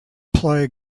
play